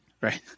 right